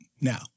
Now